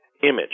image